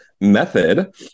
method